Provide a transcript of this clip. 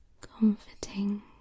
comforting